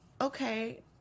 Okay